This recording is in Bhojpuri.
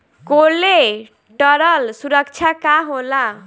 कोलेटरल सुरक्षा का होला?